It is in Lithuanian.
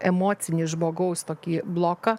emocinį žmogaus tokį bloką